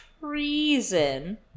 treason